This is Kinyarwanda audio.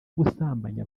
gusambanya